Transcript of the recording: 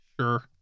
Sure